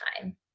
time